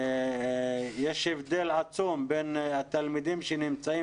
יש הבדל עצום בין התלמידים שנמצאים